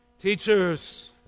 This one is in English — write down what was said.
Teachers